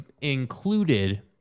included